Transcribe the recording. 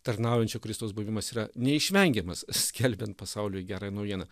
tarnaujančio kristaus buvimas yra neišvengiamas skelbiant pasauliui gerąją naujieną